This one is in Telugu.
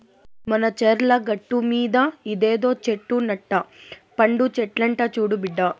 మన చర్ల గట్టుమీద ఇదేదో చెట్టు నట్ట పండు చెట్లంట చూడు బిడ్డా